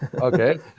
Okay